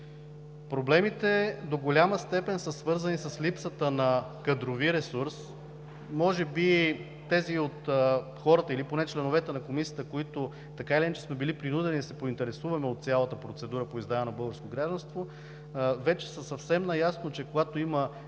Проблемите до голяма степен са свързани с липсата на кадрови ресурс. Може би тези от хората или поне членовете на Комисията, които така или иначе сме били принудени да се поинтересуваме от цялата процедура по издаване на българско гражданство, вече са съвсем наясно, че когато има